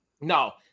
No